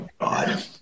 God